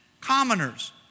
Commoners